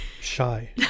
shy